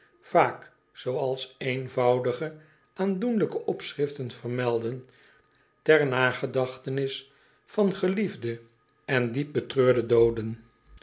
vaak zooals eenvoudige aandoenlijke opschriften vermelden ter nagedachtenis van geliefde en diep betreurde dooden